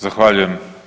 Zahvaljujem.